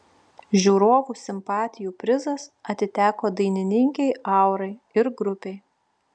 žiūrovų simpatijų prizas atiteko dainininkei aurai ir grupei